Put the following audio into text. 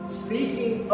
speaking